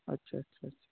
اچھا اچھا اچھا